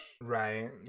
right